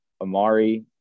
Amari